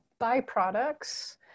byproducts